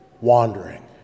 wandering